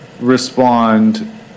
respond